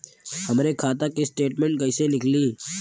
हमरे खाता के स्टेटमेंट कइसे निकली?